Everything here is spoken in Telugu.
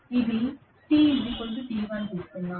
ఇది t t1 తీసుకుందాం